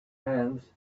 hand